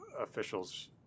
officials